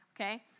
Okay